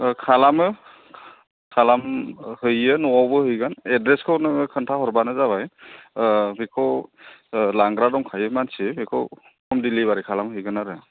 खालामो खालाम होयो न'आवबो हैगोन एड्रेसखौ नोङो खोन्थाहरबानो जाबाय बेखौ लांग्रा दंखायो मानसि बेखौ हम डिलिभारि खालामहैगोन आरो